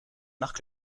marque